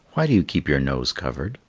why do you keep your nose covered?